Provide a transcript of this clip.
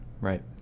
Right